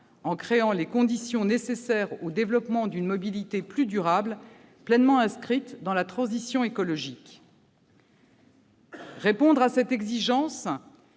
la création des conditions nécessaires au développement d'une mobilité plus durable et pleinement inscrite dans la transition écologique. Répondre à cette triple